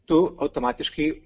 tu automatiškai